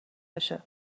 بشه